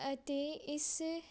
ਅਤੇ ਇਸ